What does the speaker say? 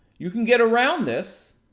you can get around this,